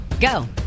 go